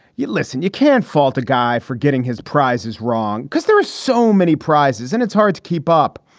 yet, listen, you can't fault a guy for getting his prize is wrong because there are so many prizes and it's hard to keep up.